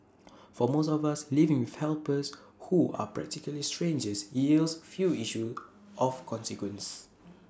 for most of us living with helpers who are practically strangers yields few issues of consequence